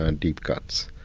and deep cuts,